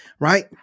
Right